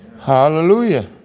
Hallelujah